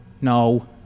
No